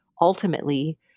ultimately